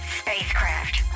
spacecraft